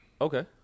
Okay